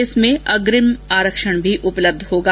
इसमें अग्रिम आरक्षण भी उपलब्ध होगा